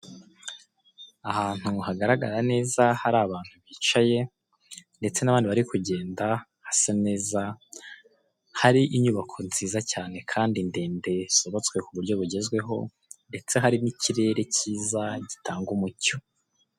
Ahantu hagaragara neza hari abantu bicaye, ndetse n'abandi bari kugenda hasa neza, hari inyubako nziza cyane kandi ndende zubatswe kuburyo bugezweho, ndetse hari n'ikirere kiza gitanga umucyo.